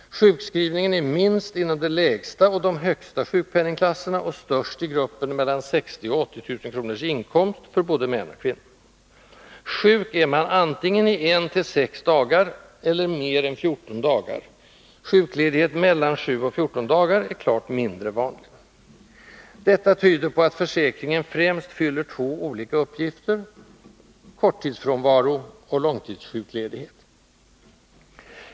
Sjukskrivningen är minst inom de lägsta och de högsta sjukpenningklasserna och störst i gruppen med mellan 60 000 och 80 000 kronors inkomst, för både män och kvinnor. Sjuk är man antingen 1-6 dagar eller mer än 14 dagar; sjukledighet mellan 7 och 14 dagar är klart mindre vanlig. Detta tyder på att försäkringen främst fyller två olika uppgifter: korttidsfrånvaro och långtidssjukledighet.